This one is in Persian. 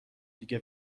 دیگه